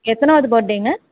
எத்தனாவது பர்த்டேங்க